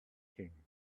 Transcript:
king